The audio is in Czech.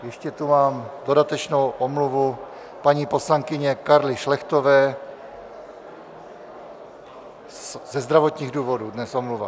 Ještě tu mám dodatečnou omluvu paní poslankyně Karly Šlechtové ze zdravotních důvodů dnes, omluva.